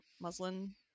muslin